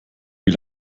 wie